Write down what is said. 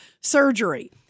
surgery